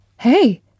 Hey